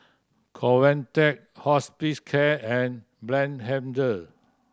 Convatec Hospicare and Blephagel